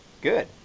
Good